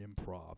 improv